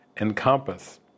encompass